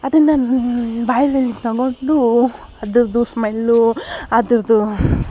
ಅದನ್ನು ನಾನು ಬಾಯ್ನಲ್ಲಿ ತಗೊಂಡು ಅದರದು ಸ್ಮೆಲ್ಲು ಅದರದು